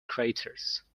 craters